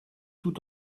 tout